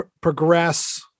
progress